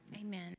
Amen